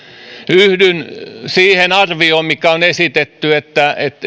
yhdyn siihen arvioon mikä on esitetty että